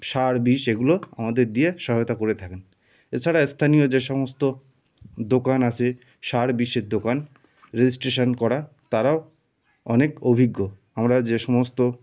সার বিষ এগুলো আমাদের দিয়ে সহায়তা করে থাকেন এছাড়া স্থানীয় যে সমস্ত দোকান আছে সার বিষের দোকান রেজিট্রেশন করা তারাও অনেক অভিজ্ঞ আমরা যে সমস্ত